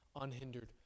unhindered